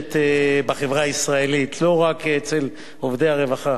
שמשתרשת בחברה הישראלית, לא רק אצל עובדי הרווחה,